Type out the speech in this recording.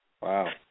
Wow